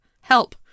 Help